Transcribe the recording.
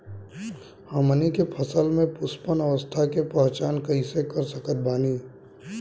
हमनी के फसल में पुष्पन अवस्था के पहचान कइसे कर सकत बानी?